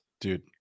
Dude